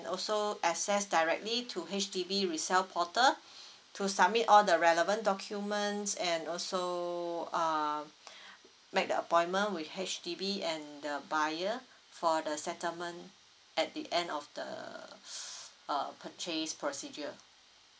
also access directly to H_D_B resell portal to submit all the relevant documents and also um make the appointment with H_D_B and the buyer for the settlement at the end of the uh purchase procedure